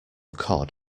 cod